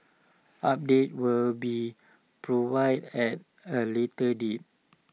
updates will be provided at A later date